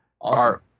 Awesome